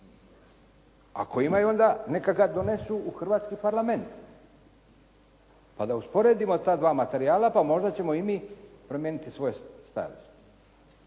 Ako imaju, onda neka ga donesu u hrvatski Parlament, pa da usporedimo da dva materijala, pa možda ćemo i mi promijeniti svoje stajalište.